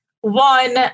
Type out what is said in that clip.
One